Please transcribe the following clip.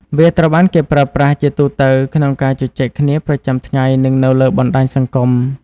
វាត្រូវបានគេប្រើប្រាស់ជាទូទៅក្នុងការជជែកគ្នាប្រចាំថ្ងៃនិងនៅលើបណ្តាញសង្គម។